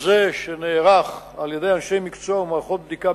רוצה דיון בוועדה.